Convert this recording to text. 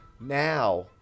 Now